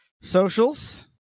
socials